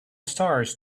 stars